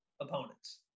opponents